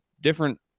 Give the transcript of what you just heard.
different